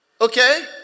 Okay